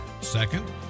Second